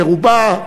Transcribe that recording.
שרובה,